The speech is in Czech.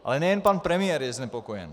Ale nejen pan premiér je znepokojen.